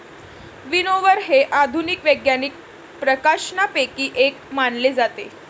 विनओवर हे आधुनिक वैज्ञानिक प्रकाशनांपैकी एक मानले जाते